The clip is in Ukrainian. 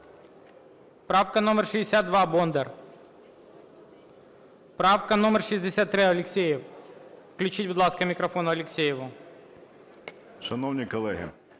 Правка номер 62, Бондар. Правка номер 63, Алєксєєв. Включіть, будь ласка, мікрофон Алєксєєву. 16:58:44